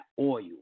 oil